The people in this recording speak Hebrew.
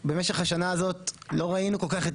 במשך השנה הזאת גם לא ראינו כל כך את